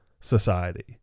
society